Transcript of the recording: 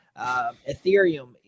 ethereum